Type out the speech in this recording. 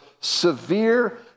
severe